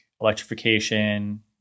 electrification